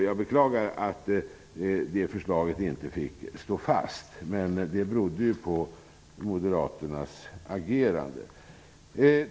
Jag beklagar att det beslutet inte fick stå fast, men det berodde på moderaternas agerande.